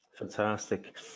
fantastic